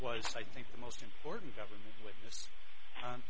was i think the most important